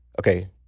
Okay